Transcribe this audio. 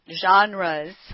genres